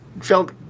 felt